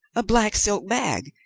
a black silk bag!